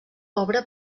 obra